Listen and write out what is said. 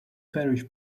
parish